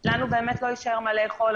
לנו באמת לא יישאר מה לאכול.